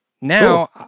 Now